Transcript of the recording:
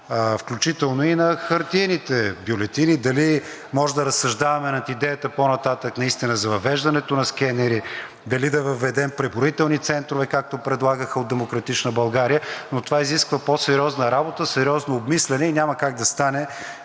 включително и на хартиените бюлетини, дали може да разсъждаваме над идеята по-нататък, наистина за въвеждането на скенери, дали да въведем преброителни центрове, както предлагаха от „Демократична България“. Това изисква по-сериозна работа, сериозно обмисляне и няма как да стане